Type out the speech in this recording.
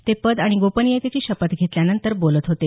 ते पद आणि गोपनियतेची शपथ घेतल्यानंतर बोलत होते